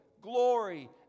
glory